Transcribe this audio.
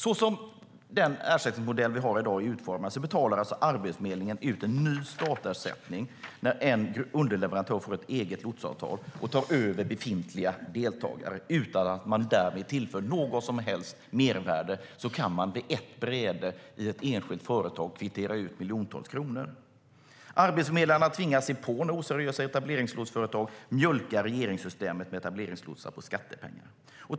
Som den ersättningsmodell vi har i dag är utformad betalar alltså Arbetsförmedlingen ut en ny startersättning när en underleverantör får ett eget lotsavtal och tar över befintliga deltagare. Utan att därmed tillföra något som helst mervärde kan ett enskilt företag på ett bräde kvittera ut miljontals kronor. Arbetsförmedlarna tvingas se på när oseriösa etableringslotsföretag mjölkar regeringssystemet med etableringslotsar på skattepengar.